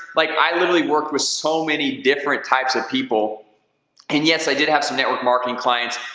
like i literally worked with so many different types of people and yes, i did have some network marketing clients,